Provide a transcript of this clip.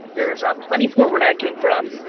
there's plenty more where that came from.